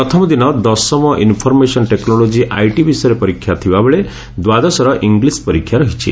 ପ୍ରଥମ ଦିନ ଦଶମ ଇନ୍ଫର୍ମେଶନ୍ ଟେକ୍ରୋଲୋଜି ଆଇଟି ବିଷୟରେ ପରୀକ୍ଷା ଥିବାବେଳେ ଦ୍ୱାଦଶର ଇଂଲିଶ ପରୀକ୍ଷା ରହିଛି